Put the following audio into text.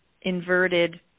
inverted